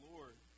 Lord